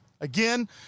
Again